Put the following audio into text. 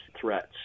threats